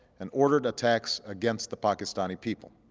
and ordered attacks against the pakistani people.